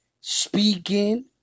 speaking